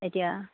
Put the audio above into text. এতিয়া